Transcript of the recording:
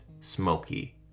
smoky